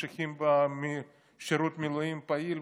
ממשיכים בשירות מילואים פעיל,